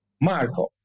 Marco